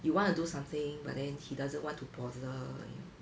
you want to do something but then he doesn't want to bother you know